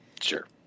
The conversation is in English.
Sure